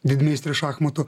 didmeistrių šachmatų